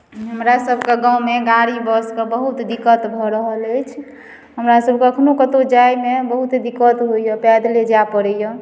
हमरा सब के गाँव मे गाड़ी बस कऽ बहुत दिक्कत भऽ रहल अछि हमरा सब के अखनो कतौ जायमे बहुत दिक्कत होइया पैदले जाय पड़ैया